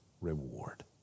reward